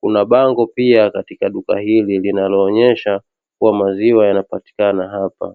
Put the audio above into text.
kuna bango pia katika duka hili linaloonyesha maziwa yanapatikana hapa.